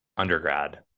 Undergrad